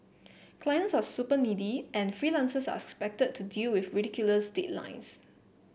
clients are super needy and freelancers are expected to deal with ridiculous deadlines